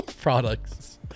products